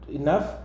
enough